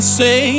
say